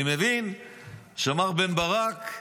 אני מבין שמר בן ברק,